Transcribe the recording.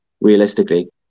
realistically